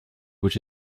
which